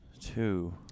two